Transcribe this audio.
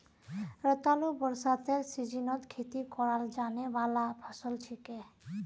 रतालू बरसातेर सीजनत खेती कराल जाने वाला फसल छिके